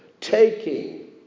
taking